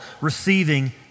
receiving